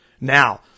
Now